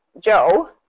Joe